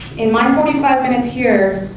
in my forty five minutes here,